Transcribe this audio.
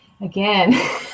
Again